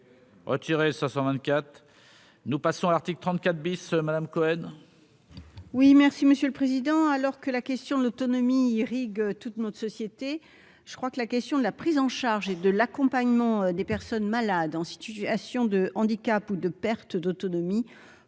vingt-quatre nous passons, article 34 bis Madame Cohen. Oui, merci Monsieur le Président, alors que la question de l'autonomie toute notre société, je crois que la question de la prise en charge et de là. L'accompagnement des personnes malades en situation de handicap ou de perte d'autonomie